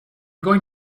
going